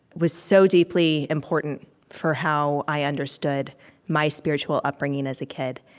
was so deeply important for how i understood my spiritual upbringing, as a kid.